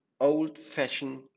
old-fashioned